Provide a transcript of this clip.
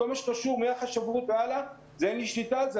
כל מה שקשור מהחשבות הלאה, אין לי שליטה על זה.